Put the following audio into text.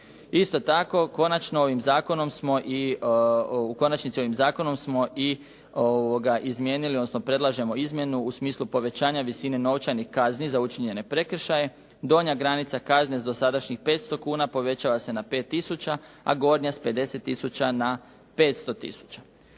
Isto tako, u konačnici ovim zakonom smo i izmijenili, odnosno predlažemo izmjenu u smislu povećanja visine novčanih kazni za učinjene prekršaje. Donja granica kazni s dosadašnjih 500 kuna povećava se na 5 tisuća, a gornja s 50 tisuća na 500